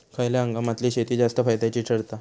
खयल्या हंगामातली शेती जास्त फायद्याची ठरता?